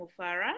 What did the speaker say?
Mufara